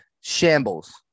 shambles